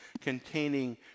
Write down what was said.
containing